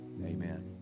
Amen